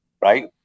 right